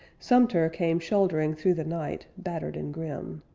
sumter came shouldering through the night, battered and grim.